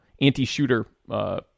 anti-shooter